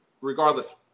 regardless